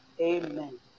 Amen